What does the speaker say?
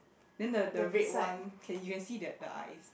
then the the red one can you can see the the eyes